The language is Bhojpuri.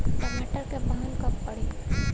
टमाटर क बहन कब पड़ी?